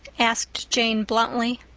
asked jane bluntly.